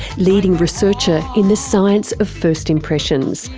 leading researcher in the science of first impressions,